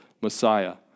Messiah